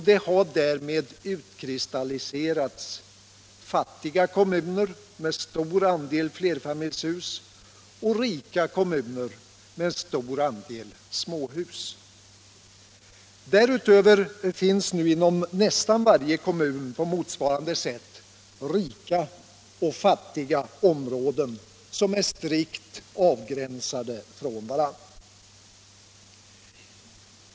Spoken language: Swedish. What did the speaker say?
Det har därmed utkristalliserats ”fattiga” kommuner med stor andel flerfamiljshus och ”rika” kommuner med stor andel småhus. Därutöver finns nu inom nästan varje kommun på motsvarande sätt ”rika” och ”fattiga” områden, som är strikt avgränsade från varandra.